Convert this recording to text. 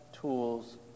tools